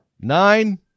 Nine